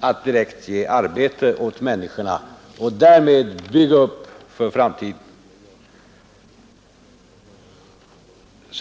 att direkt ge arbete åt människorna och därmed bygga upp för framtiden.